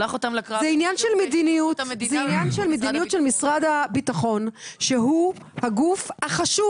זה עניין של מדיניות של משרד הביטחון שהוא הגוף החשוב